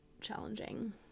challenging